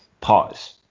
pause